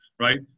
Right